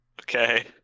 Okay